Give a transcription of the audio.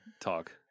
talk